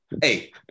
Hey